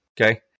Okay